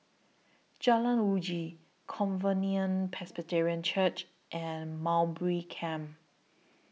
Jalan Uji Covenant Presbyterian Church and Mowbray Camp